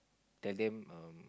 tell them um